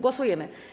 Głosujemy.